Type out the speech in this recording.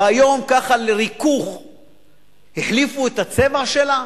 והיום לריכוך החליפו את הצבע שלה,